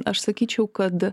aš sakyčiau kad